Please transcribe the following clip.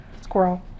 Squirrel